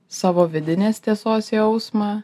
savo vidinės tiesos jausmą